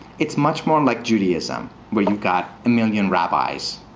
it's much more like judaism, where you've got a million rabbis.